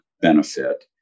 benefit